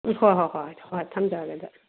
ꯎꯝ ꯍꯣꯏ ꯍꯣꯏ ꯍꯣꯏ ꯍꯣꯏ ꯊꯝꯖꯔꯒꯦ ꯑꯗꯣ